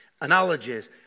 Analogies